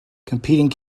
competing